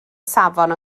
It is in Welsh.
safon